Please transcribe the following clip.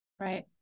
Right